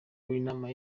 w’inama